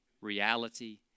reality